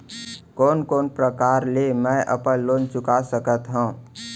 कोन कोन प्रकार ले मैं अपन लोन चुका सकत हँव?